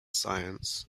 science